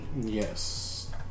Yes